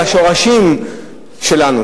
על השורשים שלנו.